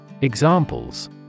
Examples